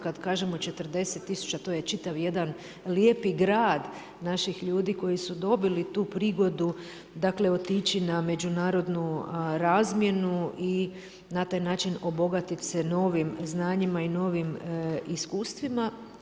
Kad kažemo 40 tisuća, to je čitav jedan lijepi grad naših ljudi koji su dobili tu prigodu otići na međunarodnu razmjenu i na taj način obogatiti se novim znanjima i novim iskustvima.